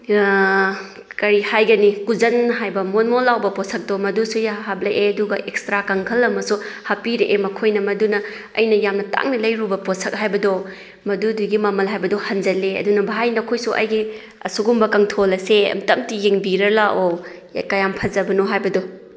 ꯀꯔꯤ ꯍꯥꯏꯒꯅꯤ ꯀꯨꯖꯟ ꯍꯥꯏꯕ ꯃꯣꯟ ꯃꯣꯟ ꯂꯥꯏꯕ ꯄꯣꯠꯁꯛꯇꯣ ꯃꯗꯨꯁꯨ ꯍꯥꯞꯂꯛꯑꯦ ꯑꯗꯨꯒ ꯑꯦꯛꯁꯇ꯭ꯔꯥ ꯀꯥꯡꯈꯜ ꯑꯃꯁꯨ ꯍꯥꯞꯄꯤꯔꯛꯑꯦ ꯃꯈꯣꯏꯅ ꯃꯗꯨꯅ ꯑꯩꯅ ꯌꯥꯝꯅ ꯇꯥꯡꯅ ꯂꯩꯔꯨꯕ ꯄꯣꯠꯁꯛ ꯍꯥꯏꯕꯗꯣ ꯃꯗꯨꯗꯨꯒꯤ ꯃꯃꯜ ꯍꯥꯏꯕꯗꯣ ꯍꯟꯖꯟꯂꯦ ꯑꯗꯨꯅ ꯚꯥꯏ ꯅꯈꯣꯏꯁꯨ ꯑꯩꯒꯤ ꯑꯁꯨꯒꯨꯝꯕ ꯀꯥꯡꯊꯣꯜ ꯑꯁꯦ ꯑꯝꯇ ꯑꯃꯇ ꯌꯦꯡꯕꯤꯔꯨ ꯂꯥꯛꯑꯣ ꯀꯌꯥꯝ ꯐꯖꯕꯅꯣ ꯍꯥꯏꯕꯗꯣ